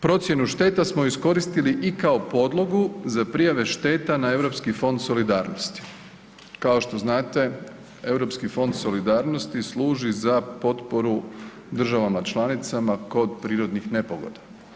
Također, procjenu šteta smo iskoristili i kao podlogu za prijavu šteta na Europski fond solidarnosti, kao što znate Europski fond solidarnosti služi za potporu državama članicama kod prirodnih nepogoda.